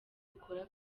dukora